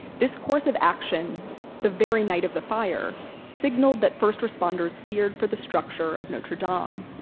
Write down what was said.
this course of action the very night of the fire signaled that first responders feared for the structure of notre-dame. um